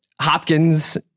Hopkins